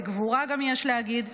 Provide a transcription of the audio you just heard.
בגבורה גם יש להגיד,